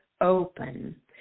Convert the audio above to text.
open